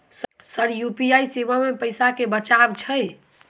Sir UPI सेवा मे पैसा केँ बचाब छैय?